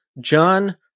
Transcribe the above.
John